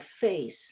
face